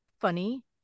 funny